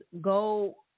go